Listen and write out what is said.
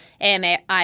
AMI